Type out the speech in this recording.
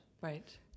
Right